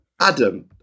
Adam